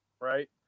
right